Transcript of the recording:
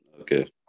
okay